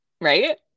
right